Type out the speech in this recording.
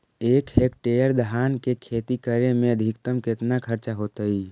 एक हेक्टेयर धान के खेती करे में अधिकतम केतना खर्चा होतइ?